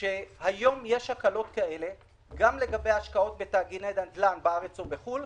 שהיום יש הקלות לגבי השקעות בתאגידי נדל"ן בארץ ובחו"ל,